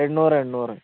എണ്ണൂറ് എണ്ണൂറ്